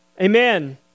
Amen